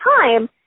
time